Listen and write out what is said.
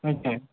okay ma'am